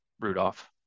Rudolph